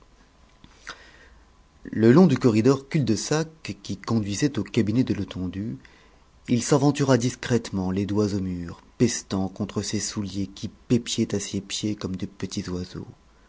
le long du corridor cul-de-sac qui conduisait au cabinet de letondu il s'aventura discrètement les doigts au mur pestant contre ses souliers qui pépiaient à ses pieds comme de petits oiseaux